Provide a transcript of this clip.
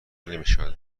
نمیشود